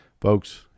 folks